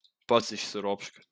pats išsiropšk